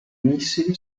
missili